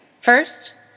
First